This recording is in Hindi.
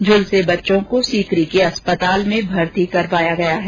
झूलसे बच्चों को सीकरी के अस्पताल में भर्ती कराया गया है